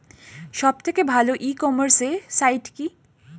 সব থেকে ভালো ই কমার্সে সাইট কী?